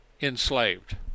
Enslaved